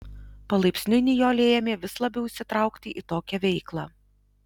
palaipsniui nijolė ėmė vis labiau įsitraukti į tokią veiklą